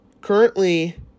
currently